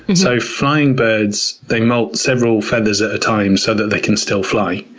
and so flying birds, they molt several feathers at a time so that they can still fly.